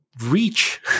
reach